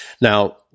Now